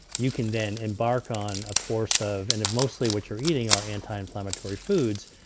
you can then embark on a course of. and if mostly what you're eating are anti-inflammatory foods,